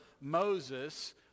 Moses